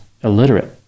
illiterate